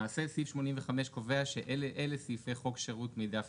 למעשה סעיף 85 קובע שאלה סעיפי חוק שירות מידע פיננסי.